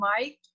Mike